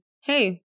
hey